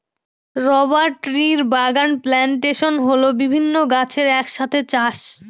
rubber ট্রির বাগান plantation হল বিভিন্ন গাছের এক সাথে চাষ